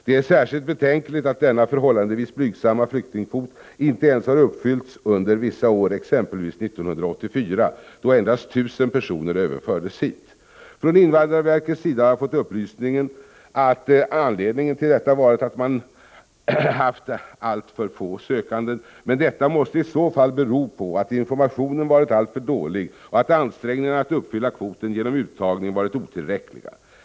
Det är särskilt betänkligt att denna förhållandevis blygsamma flyktingkvot inte ens har uppfyllts under vissa år, exempelvis 1984, då endast 1 000 personer överfördes hit. Av invandrarverket har jag fått upplysningen att anledningen till detta varit att man haft alltför få sökande. Men detta måste i så fall bero på att informationen varit alltför dålig och att ansträngningarna att uppfylla kvoten genom uttagning varit otillräckliga.